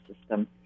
system